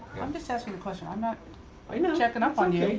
i'm just asking a question. i'm not i know. checking up on you,